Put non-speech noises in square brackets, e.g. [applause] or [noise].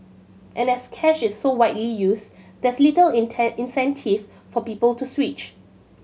and as cash is so widely used there's little [unintelligible] incentive for people to switch